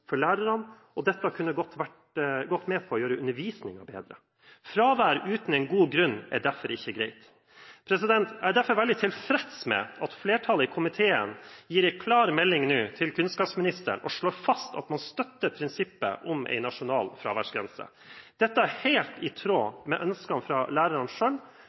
for lærerne, ressurser som godt kunne vært med på å gjøre undervisningen bedre. Fravær uten en god grunn er derfor ikke greit. Jeg er derfor veldig tilfreds med at flertallet i komiteen nå gir en klar melding til kunnskapsministeren og slår fast at man støtter prinsippet om en nasjonal fraværsgrense. Dette er helt i tråd med ønskene fra lærerne